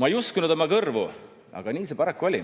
Ma ei uskunud oma kõrvu, aga nii see paraku oli.